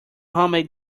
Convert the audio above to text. homemade